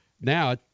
Now